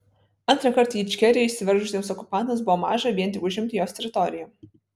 antrąkart į ičkeriją įsiveržusiems okupantams buvo maža vien tik užimti jos teritoriją